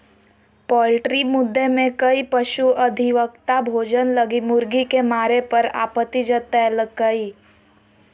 poultry मुद्दे में कई पशु अधिवक्ता भोजन लगी मुर्गी के मारे पर आपत्ति जतैल्कय